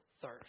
thirst